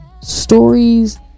stories